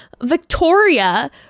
Victoria